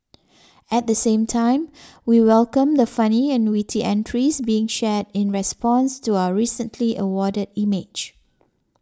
at the same time we welcome the funny and witty entries being shared in response to our recently awarded image